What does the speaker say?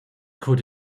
could